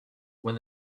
when